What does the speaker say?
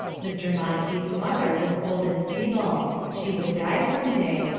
mr. monteith's mother was old and feeble she would die some day,